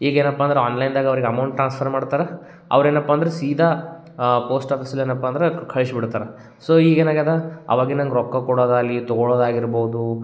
ಈಗ ಏನಪ್ಪ ಅಂದ್ರೆ ಆನ್ಲೈನ್ದಾಗ ಅವ್ರಿಗೆ ಅಮೌಂಟ್ ಟ್ರಾನ್ಸ್ಫರ್ ಮಾಡ್ತಾರ ಅವ್ರು ಏನಪ್ಪ ಅಂದ್ರೆ ಸೀದಾ ಪೋಸ್ಟ್ ಆಫೀಸಲ್ಲಿ ಏನಪ್ಪ ಅಂದ್ರೆ ಕಳಿಸ್ಬಿಡ್ತಾರ ಸೊ ಈಗ ಏನಾಗ್ಯದ ಅವಾಗಿನ ಹಂಗ್ ರೊಕ್ಕ ಕೊಡೋದಾಗ್ಲಿ ತಗೊಳ್ಳದಾಗಿರ್ಬೋದು